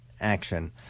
action